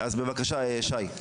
בבקשה, שי.